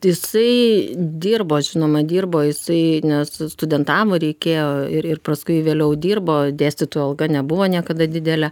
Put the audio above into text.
jisai dirbo žinoma dirbo jisai nes studentavo reikėjo ir ir praskui vėliau dirbo dėstytojo alga nebuvo niekada didelė